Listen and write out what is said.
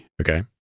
Okay